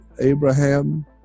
Abraham